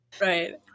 Right